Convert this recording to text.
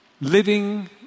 living